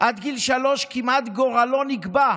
עד גיל שלוש כמעט, גורלו נקבע.